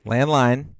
Landline